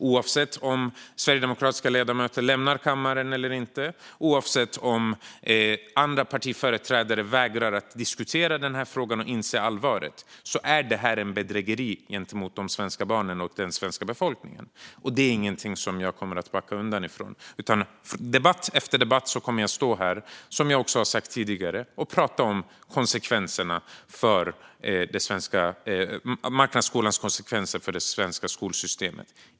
Oavsett om sverigedemokratiska ledamöter lämnar kammaren eller inte och oavsett om andra partiföreträdare vägrar att diskutera frågan och inse allvaret är det ett bedrägeri gentemot de svenska barnen och den svenska befolkningen. Det är inte något som jag kommer att backa undan från, utan i debatt efter debatt kommer jag att stå här som jag gjort tidigare och prata om marknadsskolans konsekvenser för det svenska skolsystemet.